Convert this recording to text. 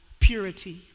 purity